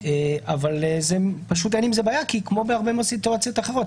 אבל אין עם זה בעיה כמו בהרבה מהסיטואציות האחרות,